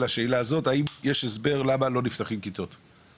האם יש הסבר למה לא נפתחות כיתות?